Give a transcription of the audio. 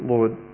Lord